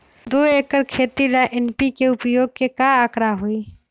दो एकर खेत ला एन.पी.के उपयोग के का आंकड़ा होई?